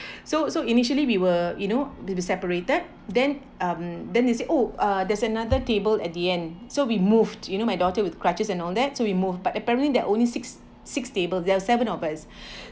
so so initially we were you know be separated then um then he say oh uh there's another table at the end so we moved you know my daughter with crutches and all that so we moved but apparently there only six six table there are seven of us